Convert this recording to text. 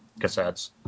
cassettes